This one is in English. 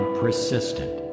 persistent